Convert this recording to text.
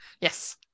Yes